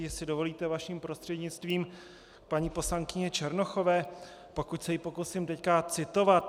Jestli dovolíte, vaším prostřednictvím k paní poslankyni Černochové, pokud se ji pokusím teď citovat.